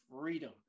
freedom